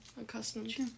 accustomed